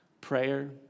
prayer